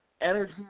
energy